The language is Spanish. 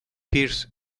pierce